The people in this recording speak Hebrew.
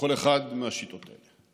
בכל אחת מהשיטות האלה.